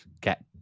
get